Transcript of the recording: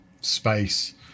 space